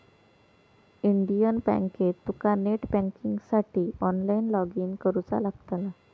Indian बँकेत तुका net बँकिंगसाठी ऑनलाईन लॉगइन करुचा लागतला